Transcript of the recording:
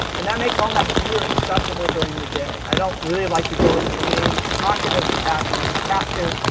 and that makes all my gear accessible during the day. i don't really like to go into the main pocket of the pack unless i have to.